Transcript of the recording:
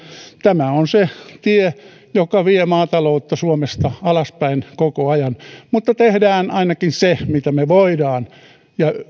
tämä on se tie joka vie maataloutta suomesta alaspäin koko ajan mutta tehdään ainakin se mitä me voimme ja